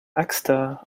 axster